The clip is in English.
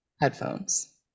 headphones